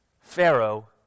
Pharaoh